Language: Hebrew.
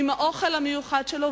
עם האוכל המיוחד שלו,